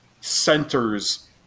centers